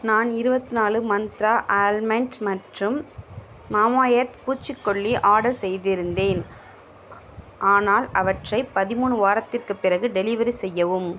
நான் இருவத்தி நாலு மந்த்ரா ஆல்மண்ட் மற்றும் மாமாஎர்த் பூச்சிக்கொல்லி ஆர்டர் செய்திருந்தேன் ஆனால் அவற்றை பதிமூணு வாரத்திற்குப் பிறகு டெலிவரி செய்யவும்